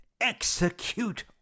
execute